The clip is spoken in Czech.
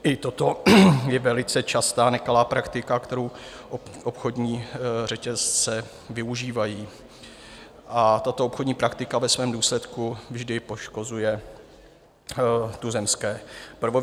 I toto je velice častá nekalá praktika, kterou obchodní řetězce využívají, a tato obchodní praktika ve svém důsledku vždy poškozuje tuzemské prvovýrobce.